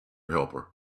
helper